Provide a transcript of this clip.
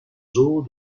zoo